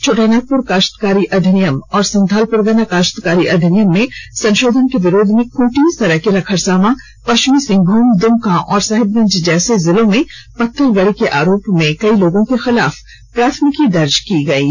छोटानागपुर काश्तकारी अधिनियम और संथालपरगना काश्तकारी अधिनियम में संशोधन के विरोध में खूंटी सरायकेला खरसांवापश्चिमी सिंहभूम दुमका और साहिबगंज जैसे जिलों में पत्थलगड़ी के आरोप में कई लोगों के खिलाफ प्राथमिकी दर्ज की गई थी